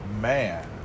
Man